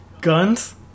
guns